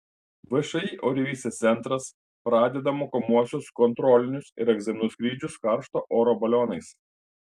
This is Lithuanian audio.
všį oreivystės centras pradeda mokomuosius kontrolinius ir egzaminų skrydžius karšto oro balionais